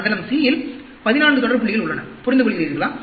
மண்டலம் c இல் 14 தொடர் புள்ளிகள் உள்ளன புரிந்து கொள்கிறீர்களா